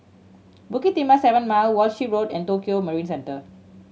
Bukit Timah Seven Mile Walshe Road and Tokio Marine Centre